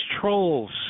trolls